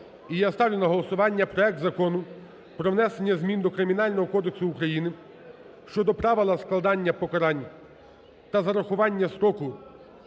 І я ставлю на голосування проект Закону про внесення змін до Кримінального кодексу України щодо правила складання покарань та зарахування строку